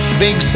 big